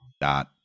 dot